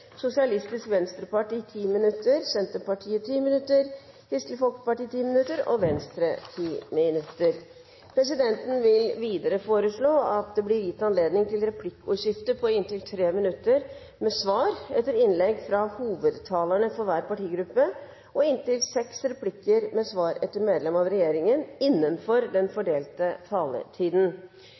Sosialistisk Venstreparti 10 minutter, Senterpartiet 10 minutter, Kristelig Folkeparti 10 minutter og Venstre 10 minutter. Videre vil presidenten foreslå at det blir gitt anledning til replikkordskifte på inntil tre replikker med svar etter innlegg fra hovedtalerne fra hver partigruppe og inntil seks replikker med svar etter medlem av regjeringen innenfor den fordelte